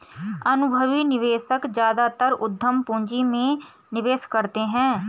अनुभवी निवेशक ज्यादातर उद्यम पूंजी में निवेश करते हैं